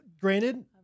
granted